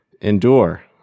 endure